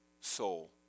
soul